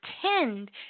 pretend